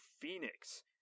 Phoenix